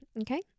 okay